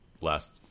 last